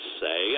say